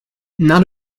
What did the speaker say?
not